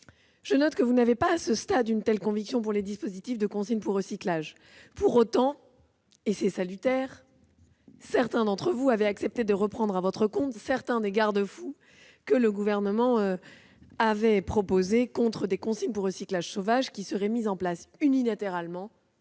Je note que vous n'avez pas, à ce stade, une telle conviction pour les dispositifs de consigne pour recyclage. Pour autant, et c'est salutaire, certains d'entre vous ont accepté de reprendre à votre compte des garde-fous que le Gouvernement avait proposés contre des consignes pour recyclage « sauvages » qui seraient mises en place unilatéralement